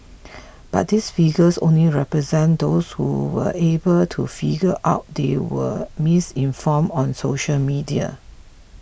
but this figures only represents those who were able to figure out they were misinformed on social media